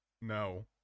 no